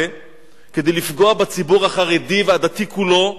כדי לפגוע בציבור החרדי והדתי כולו.